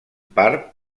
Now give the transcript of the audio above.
part